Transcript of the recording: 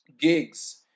gigs